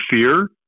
fear